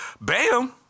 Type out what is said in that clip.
Bam